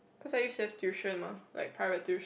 because I use to have tuition mah like private tuition